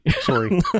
sorry